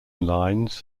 lines